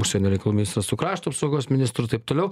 užsienio reikalų ministras su krašto reikalų ministru taip toliau